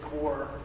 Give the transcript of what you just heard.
core